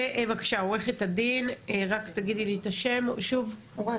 בבקשה, עורכת הדין קרן ברק.